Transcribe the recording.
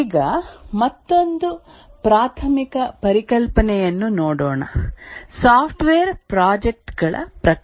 ಈಗ ಮತ್ತೊಂದು ಪ್ರಾಥಮಿಕ ಪರಿಕಲ್ಪನೆಯನ್ನು ನೋಡೋಣ ಸಾಫ್ಟ್ವೇರ್ ಪ್ರಾಜೆಕ್ಟ್ ಗಳ ಪ್ರಕಾರ